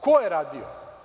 Ko je radio?